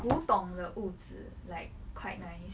古董的屋子 like quite nice